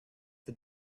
the